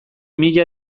mila